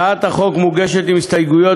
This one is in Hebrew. הצעת החוק מוגשת עם הסתייגויות,